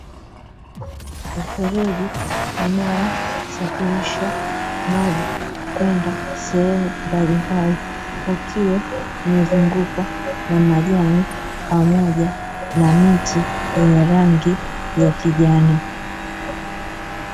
Mfereji unaosafirisha maji kwenda sehemu mbalimbali, ukiwa umezungukwa na majani pamoja na miti yenye rangi ya kijani.